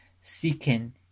seeking